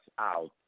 out